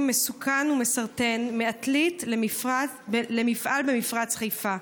מסוכן ומסרטן מעתלית למפעל במפרץ חיפה.